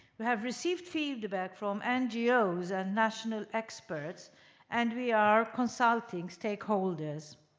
you have received feedback from ngos and national experts and we are consulting stakeholders.